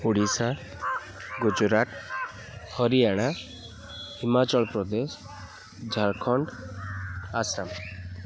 Odisha Gujarat Haryana Himachal Pradesh Jharkhand Assam